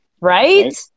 right